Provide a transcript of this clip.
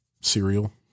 cereal